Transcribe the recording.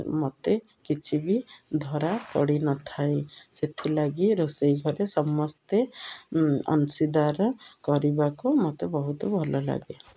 ମୋତେ କିଛି ବି ଜଣା ପଡ଼ିନଥାଏ ସେଥିଲାଗି ରୋଷେଇ ଘରେ ସମସ୍ତେ ଅଂଶୀଦାର କରିବାକୁ ମୋତେ ବହୁତ ଭଲ ଲାଗେ